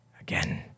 again